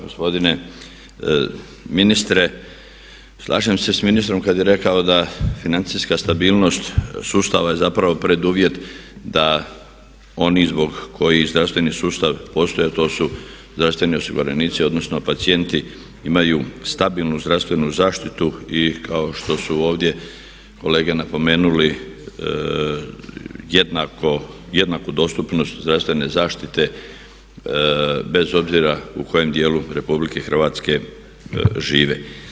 Gospodine ministre, slažem se s ministrom kad je rekao da financijska stabilnost sustava je zapravo preduvjet da oni zbog kojih zdravstveni sustav postoji a to su zdravstveni osiguranici odnosno pacijenti imaju stabilnu zdravstvenu zaštitu i kao što su ovdje kolege napomenuli jednaku dostupnost zdravstvene zaštite bez obzira u kojem djelu RH žive.